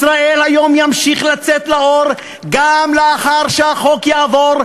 "ישראל היום" ימשיך לצאת לאור גם לאחר שהחוק יעבור,